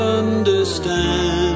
understand